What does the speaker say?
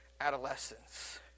adolescence